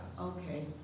Okay